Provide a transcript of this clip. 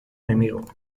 enemigo